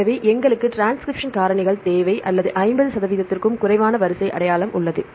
எனவே எங்களுக்கு டிரான்ஸ்கிரிப்ஷன் காரணிகள் தேவை அல்லது 50 சதவீதத்திற்கும் குறைவான வரிசை அடையாளம் உள்ளது